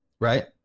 right